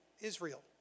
Israel